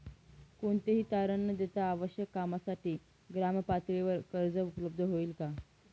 कोणतेही तारण न देता आवश्यक कामासाठी ग्रामपातळीवर कर्ज उपलब्ध होईल का?